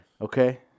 Okay